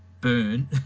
burn